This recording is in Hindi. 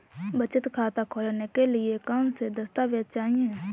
बचत खाता खोलने के लिए कौनसे दस्तावेज़ चाहिए?